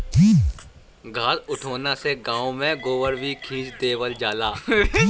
घास उठौना से गाँव में गोबर भी खींच देवल जाला